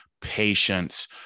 patience